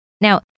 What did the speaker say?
Now